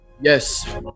Yes